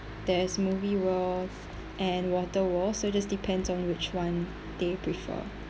there's movie world and water world so just depends on which one they prefer